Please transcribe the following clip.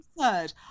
third